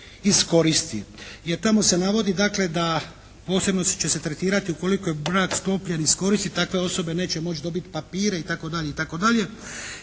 iz koristi. Jer tamo se navodi dakle da posebno će se tretirati ukoliko je brak sklopljen iz koristi, takve osobe neće moći dobiti papire itd.,